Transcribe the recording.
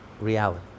reality